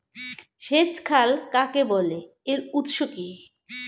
সেচ খাল কাকে বলে এর উৎস কি?